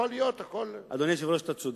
יכול להיות, הכול, אדוני היושב-ראש, אתה צודק,